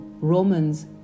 Romans